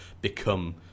become